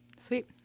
Sweet